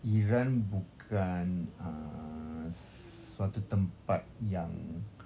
iran bukan uh suatu tempat yang